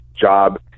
job